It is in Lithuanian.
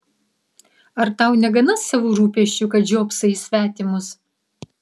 ar tau negana savų rūpesčių kad žiopsai į svetimus